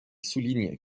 soulignent